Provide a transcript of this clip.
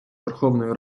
верховною